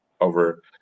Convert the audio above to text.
over